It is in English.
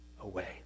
away